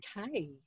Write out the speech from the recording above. okay